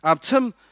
Tim